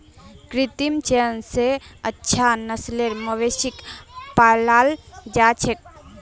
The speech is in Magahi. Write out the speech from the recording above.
कृत्रिम चयन स अच्छा नस्लेर मवेशिक पालाल जा छेक